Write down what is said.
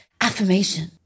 Affirmation